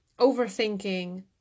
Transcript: overthinking